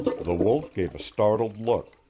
the wolf gave a startled look.